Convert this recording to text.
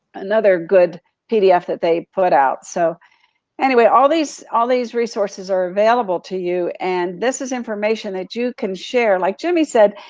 good pdf that they put out. so anyway, all these all these resources are available to you, and this is information that you can share, like jimmy said,